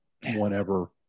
whenever